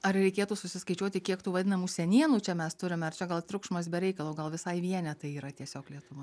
ar reikėtų susiskaičiuoti kiek tų vadinamų senienų čia mes turime ar čia gal triukšmas be reikalo gal visai vienetai yra tiesiog lietuvoj